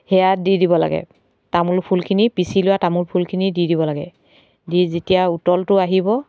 সেয়া দি দিব লাগে তামোলফুলখিনি পিছি লোৱা তামোলফুলখিনি দি দিব লাগে দি যেতিয়া উতলটো আহিব